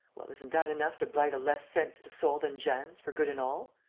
well, isn't that enough to blight a less sensitive soul than jeanne's for good and all?